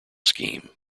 scheme